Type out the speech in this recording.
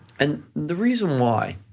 and the reason why